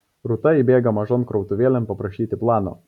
rūta įbėga mažon krautuvėlėn paprašyti plano